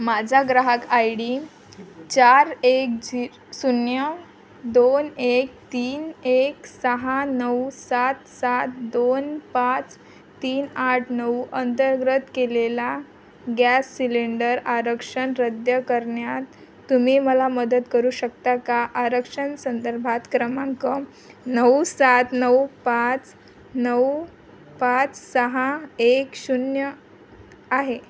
माझा ग्राहक I D चार एक झीर शून्य दोन एक तीन एक सहा नऊ सात सात दोन पाच तीन आठ नऊ अंतर्गत केलेला गॅस सिलेंडर आरक्षण रद्द करण्यात तुम्ही मला मदत करू शकता का आरक्षण संदर्भात क्रमांक नऊ सात नऊ पाच नऊ पाच सहा एक शून्य आहे